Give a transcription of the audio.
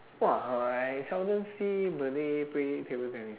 !wah! uh I seldom see malay play table tennis